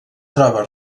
troba